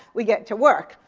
we get to work.